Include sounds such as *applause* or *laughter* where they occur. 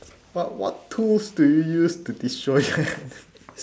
what what tools do you use to destroy them *laughs*